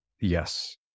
Yes